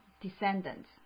descendants